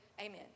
amen